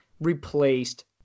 replaced